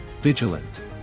Vigilant